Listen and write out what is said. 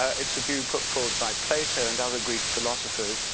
ah it's a view put forth by plato and other greek philosophers.